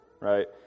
right